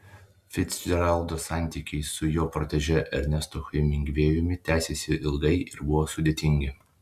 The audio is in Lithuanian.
ficdžeraldo santykiai su jo protežė ernestu hemingvėjumi tęsėsi ilgai ir buvo sudėtingi